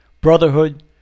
brotherhood